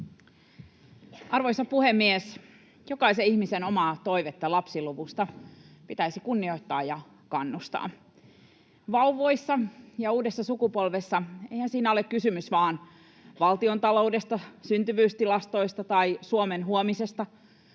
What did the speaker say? Arvoisa puhemies! Jokaisen ihmisen omaa toivetta lapsiluvusta pitäisi kunnioittaa ja kannustaa. Eihän vauvoissa ja uudessa sukupolvessa ole kysymys vain valtiontaloudesta, syntyvyystilastoista tai Suomen huomisesta,